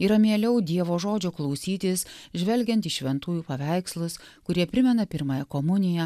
yra mieliau dievo žodžio klausytis žvelgiant į šventųjų paveikslus kurie primena pirmąją komuniją